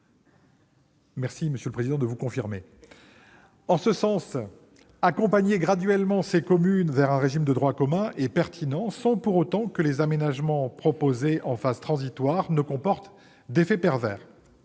Merci, monsieur le président, de confirmer vos propos ! En ce sens, accompagner graduellement ces communesvers un régime de droit commun est pertinent, sans pourautant que les aménagements proposés en phasetransitoire comportent d'effets pervers.À